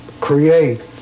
create